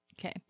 Okay